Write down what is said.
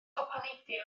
gwpaneidiau